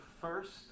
first